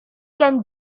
can